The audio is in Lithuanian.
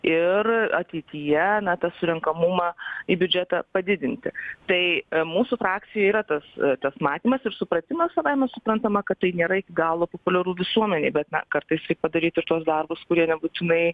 ir ateityje na tą surenkamumą į biudžetą padidinti tai mūsų frakcijoj yra tas tas matymas ir supratimas savaime suprantama kad tai nėra iki galo populiaru visuomenėj bet na kartais reik padaryt ir tuos darbus kurie nebūtinai